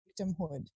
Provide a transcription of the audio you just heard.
victimhood